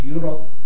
Europe